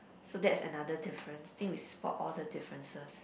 so that's another difference think we spot all the differences